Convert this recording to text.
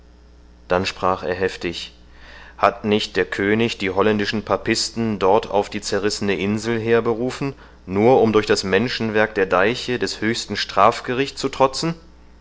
dann sprach er heftig hat nicht der könig die holländischen papisten dort auf die zerrissene insel herberufen nur um durch das menschenwerk der deiche des höchsten strafgericht zu trotzen